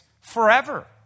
Forever